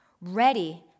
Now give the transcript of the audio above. ready